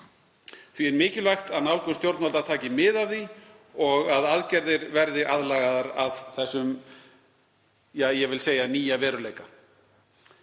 Því er mikilvægt að nálgun stjórnvalda taki mið af því og að aðgerðir verði aðlagaðar að, ég vil segja þeim nýja veruleika.